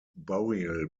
burial